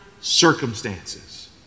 circumstances